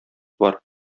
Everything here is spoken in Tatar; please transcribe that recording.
бар